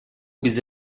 bizi